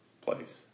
place